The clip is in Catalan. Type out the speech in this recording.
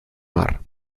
mar